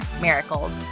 miracles